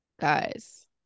guys